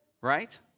right